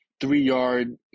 three-yard